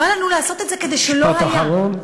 משפט אחרון.